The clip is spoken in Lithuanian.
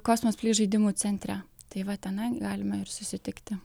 kosmosplei žaidimų centre tai va tenai galime ir susitikti